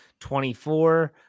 24